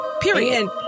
Period